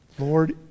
Lord